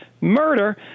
murder